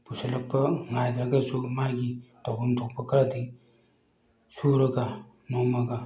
ꯄꯨꯁꯤꯜꯂꯛꯄ ꯉꯥꯏꯗ꯭ꯔꯒꯁꯨ ꯃꯥꯒꯤ ꯇꯧꯐꯝ ꯊꯣꯛꯄ ꯈꯔꯗꯤ ꯁꯨꯔꯒ ꯅꯣꯝꯃꯒ